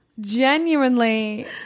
Genuinely